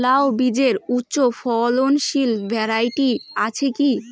লাউ বীজের উচ্চ ফলনশীল ভ্যারাইটি আছে কী?